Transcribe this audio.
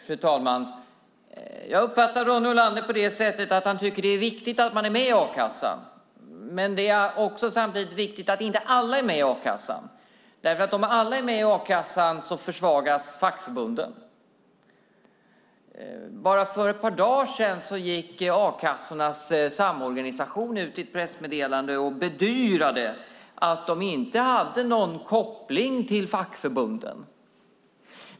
Fru talman! Jag uppfattar Ronny Olander på det sättet att han tycker att det är viktigt att man är med i a-kassan. Men det är samtidigt viktigt att inte alla är med i a-kassan, för om alla är med i a-kassan försvagas fackförbunden. Bara för ett par dagar sedan gick A-kassornas samorganisation ut i ett pressmeddelande och bedyrade att de inte hade någon koppling till fackförbunden.